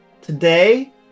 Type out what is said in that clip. Today